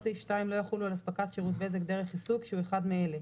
סעיף 2 לא יחולו על אספקת שירות בזק דרך עיסוק שהוא אחד מאלה: